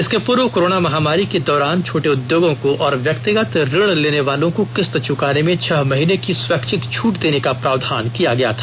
इसके पूर्व कोर्रोना महामारी के दौरान छोटे उद्योगों को और व्यक्तिगत ऋण लेने वालों को किस्त चुकाने में छह महीने की स्वैच्छिक छूट देने का प्रावधान किया था